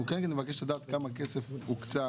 אנחנו כן נבקש לדעת כמה כסף הוקצה